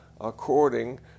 according